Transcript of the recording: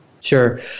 Sure